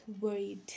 worried